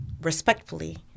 respectfully